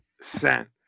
sent